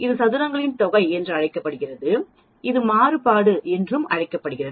இது சதுரங்களின் தொகை என்று அழைக்கப்படுகிறது இது மாறுபாடு என்றும் அழைக்கப்படுகிறது